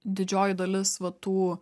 didžioji dalis va tų